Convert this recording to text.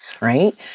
right